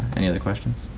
any other questions?